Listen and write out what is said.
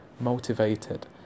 motivated